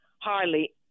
hardly